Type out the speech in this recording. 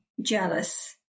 jealous